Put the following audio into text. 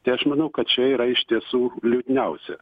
tai aš manau kad čia yra iš tiesų liūdniausia